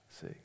See